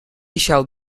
shall